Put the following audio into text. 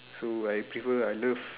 so I prefer I love